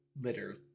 litter